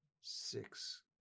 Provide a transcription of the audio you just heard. six